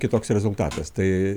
kitoks rezultatas tai